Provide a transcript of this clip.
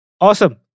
Awesome